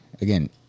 Again